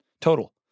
total